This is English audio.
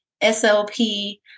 SLP